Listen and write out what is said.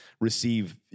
receive